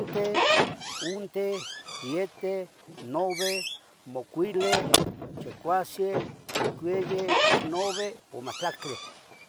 Unteh, yeteh, nove, macuilieh, chicuaseh, chicueyeh, chicnaveh o mahtlactleh.